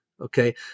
Okay